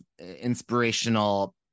inspirational